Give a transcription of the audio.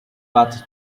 batches